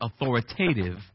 authoritative